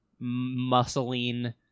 muscling